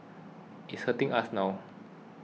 and it's hurting us now